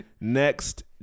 Next